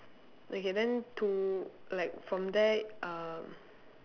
okay then to like from there uh